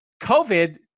COVID